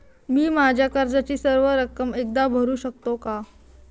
मी माझ्या कर्जाची सर्व रक्कम एकदा भरू शकतो का?